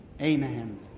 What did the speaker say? amen